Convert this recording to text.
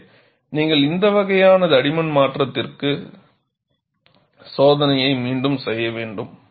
எனவே நீங்கள் இந்த வகையான தடிமன் மாற்றத்திற்கு சோதனையை மீண்டும் செய்ய வேண்டும்